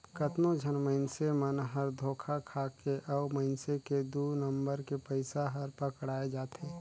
कतनो झन मइनसे मन हर धोखा खाथे अउ मइनसे के दु नंबर के पइसा हर पकड़ाए जाथे